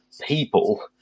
people